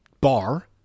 bar